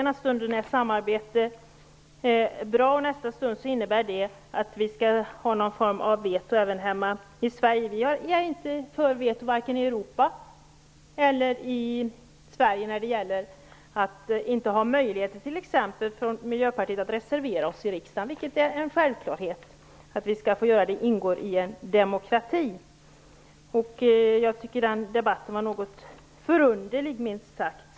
Ena stunden är samarbete bra, nästa stund innebär det att vi skall ha någon form av veto även hemma i Sverige. Vi är inte för veto i vare sig Europa eller Sverige när det t.ex. handlar om att inte ha möjlighet att från Miljöpartiets sida reservera sig i riksdagen. Det är en självklarhet att vi skall få göra det. Det ingår i en demokrati. Jag tycker att den debatten minst sagt var något förunderlig.